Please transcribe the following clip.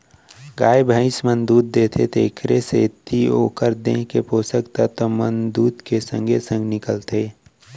गाय भइंस मन दूद देथे तेकरे सेती ओकर देंव के पोसक तत्व मन दूद के संगे संग निकलथें